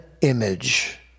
image